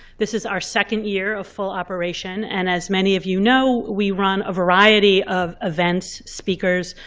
this is our second year of full operation. and as many of you know, we run a variety of events, speakers,